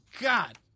God